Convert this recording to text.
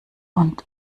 und